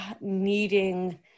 needing